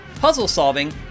puzzle-solving